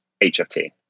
HFT